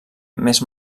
més